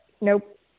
Nope